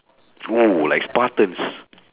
!wow! like spartans